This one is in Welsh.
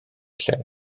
lle